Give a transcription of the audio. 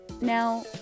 Now